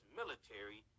military